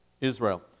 Israel